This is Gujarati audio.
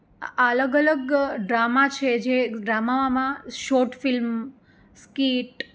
આ અલગ અલગ ડ્રામા છે જે ડ્રામામાં શોર્ટ ફિલ્મ સ્કિટ